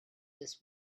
this